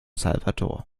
salvador